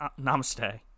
Namaste